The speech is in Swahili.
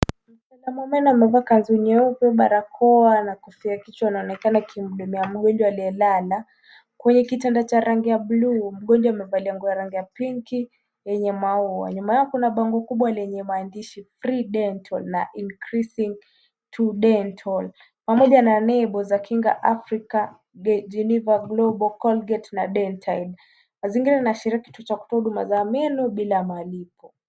Mtaalamu wa meno amevaa kanzu nyeupe, barakoa, na kofia kichwa. Anaonekana akihudumia mgonjwa aliyelala kwenye kitanda cha rangi ya bluu. Mgonjwa umevalia nguo ya rangi ya pinki yenye maua. Nyuma yao yako na bango kubwa lenye maandishi, free dental na increasing to dental . Pamoja nembo za, Kinga Afrika, Geneva Global, Colgate na Dentaid. Mazingira inaashiria kituo cha kutoa huduma za meno bila malipo.